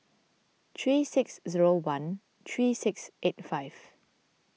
three six zero one three six eight five